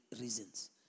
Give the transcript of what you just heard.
reasons